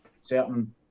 certain